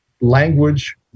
language